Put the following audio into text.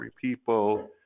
people